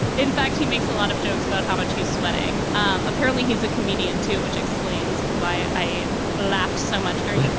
in fact, he makes a lot of jokes about how much he's sweating. apparently, he's a comedian, too, which explains why i laughed so much dirt